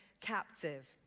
captive